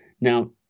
Now